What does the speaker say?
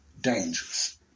dangerous